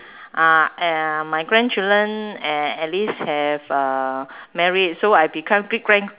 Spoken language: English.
uh my grandchildren at least have uh married so I become great grand